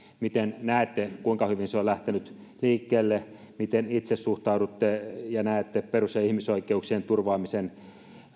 miten näette kuinka hyvin se on lähtenyt liikkeelle miten itse suhtaudutte ja näette perus ja ihmisoikeuksien turvaamisen